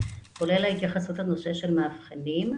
כולל ההתייחסות לנושא של המאבחנים,